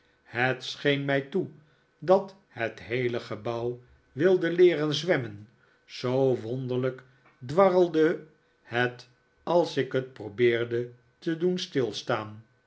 het scheen mij toe dat het heele gebouw wilde leeren zwemmen zoo wonderlijk dwarrelde het als ik het probeerde te doen stilstaan